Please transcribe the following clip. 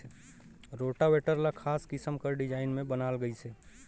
rotavator ल खास किसम कर डिजईन में बनाल गइसे